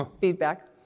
feedback